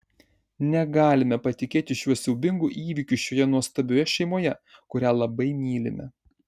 negalime patikėti šiuo siaubingu įvykiu šioje nuostabioje šeimoje kurią labai mylime